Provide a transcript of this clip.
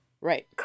right